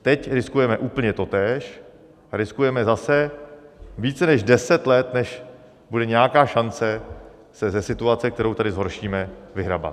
Teď riskujeme úplně totéž a riskujeme zase více než deset let, než bude nějaká šance se ze situace, kterou tady zhoršíme, vyhrabat.